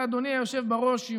אדוני היושב-ראש,